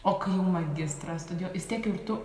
o kai magistrą studijuo vis tiek ir tu